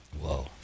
Whoa